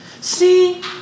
See